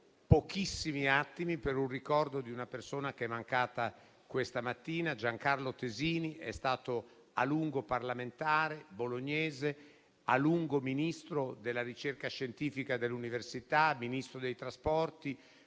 pochissimi attimi per il ricordo di una persona che è mancata questa mattina, Giancarlo Tesini. Bolognese, è stato a lungo parlamentare e a lungo Ministro della ricerca scientifica e dell'università, Ministro dei trasporti,